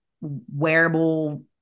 wearable